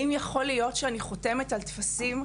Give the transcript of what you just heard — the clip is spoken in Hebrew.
האם יכול להיות שאני חותמת על טפסים,